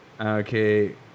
Okay